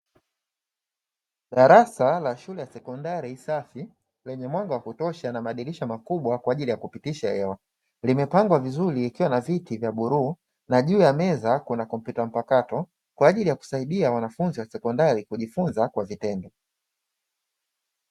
Darasa la shule ya sekondari safi; lenye mwanga wa kutosha na madirisha makubwa kwa ajili ya kupitisha hewa, limepangwa vizuri likiwa na viti vya bluu na juu ya meza kuna kompyuta mpakato kwa ajili ya kusaidia wanafunzi wa sekondari kujifunza kwa vitendo.